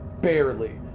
barely